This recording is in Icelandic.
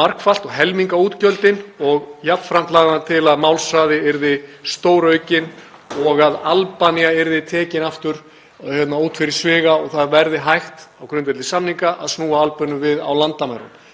margfalt og helminga útgjöldin og jafnframt lagði hann til að málshraði yrði stóraukinn og að Albanía yrði tekin aftur út fyrir sviga og það verði hægt á grundvelli samninga að snúa Albönum við á landamærunum.